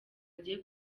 agiye